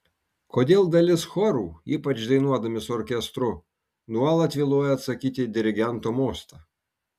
kodėl dalis chorų ypač dainuodami su orkestru nuolat vėluoja atsakyti į dirigento mostą